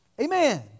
Amen